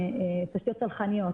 תשתיות סלחניות,